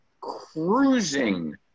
cruising –